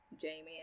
Jamie